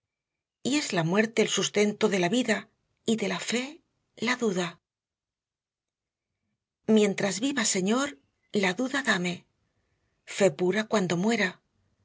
es la muerte el sustento de la vida y de la fe la duda mientras viva señor la duda dame fé pura cuando muera